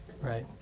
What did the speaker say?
right